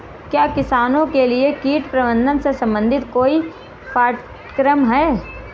क्या किसानों के लिए कीट प्रबंधन से संबंधित कोई पाठ्यक्रम है?